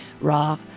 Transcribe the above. raw